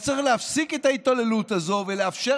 אז צריך להפסיק את ההתעללות הזאת ולאפשר